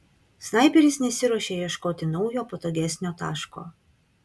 snaiperis nesiruošė ieškoti naujo patogesnio taško